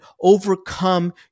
overcome